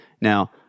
Now